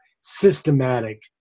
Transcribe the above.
systematic